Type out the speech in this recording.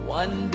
one